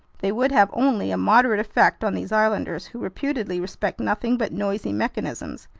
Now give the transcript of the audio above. they would have only a moderate effect on these islanders, who reputedly respect nothing but noisy mechanisms.